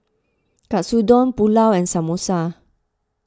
Katsudon Pulao and Samosa